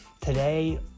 Today